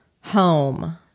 home